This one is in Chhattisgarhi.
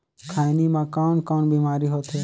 खैनी म कौन कौन बीमारी होथे?